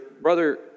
brother